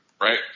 right